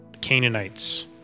Canaanites